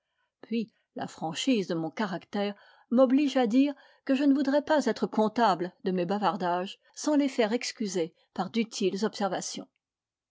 puis la franchise de mon caractère m'oblige à dire que je ne voudrais pas être comptable de mes bavardages sans les faire excuser par d'utiles observations